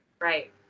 right